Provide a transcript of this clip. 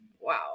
wow